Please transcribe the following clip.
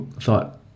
thought